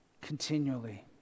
continually